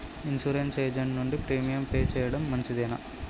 Insurance agent నుండి premium pay చేయడం మంచిదేనా?